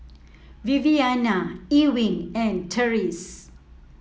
Viviana Ewing and Tyrese